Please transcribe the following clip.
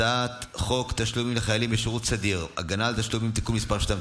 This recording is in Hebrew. הצעת חוק תשלומים לחיילים בשירות סדיר (הגנה על תשלומים) (תיקון מס' 2),